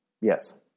Yes